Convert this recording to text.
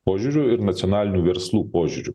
požiūriu ir nacionalinių verslų požiūriu